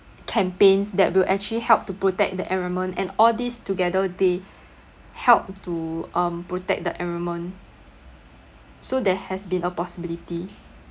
campaigns that will actually help to protect the environment and all these together they helped to um protect the environment so there has been a possibility